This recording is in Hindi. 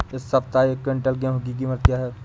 इस सप्ताह एक क्विंटल गेहूँ की कीमत क्या है?